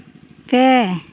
ᱯᱮ